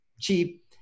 cheap